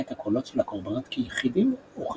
את הקולות של הקורבנות כיחידים וכקהילה,